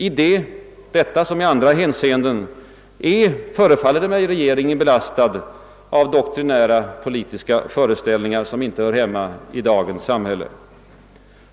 I detta som i andra hänseenden är, förefaller det mig, regeringen belastad av doktrinära politiska föreställningar, som inte hör hemma i dagens samhälle.